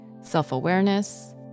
self-awareness